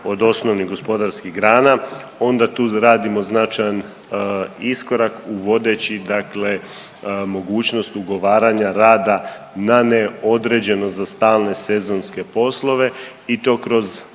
od osnovnih gospodarskih grana onda tu radimo značajan iskorak uvodeći dakle mogućnost ugovaranja rada na neodređeno za stalne sezonske poslove i to kroz